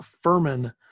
Furman